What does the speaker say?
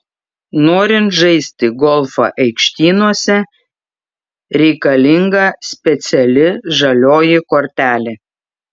norint žaisti golfą aikštynuose reikalinga speciali žalioji kortelė